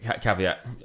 Caveat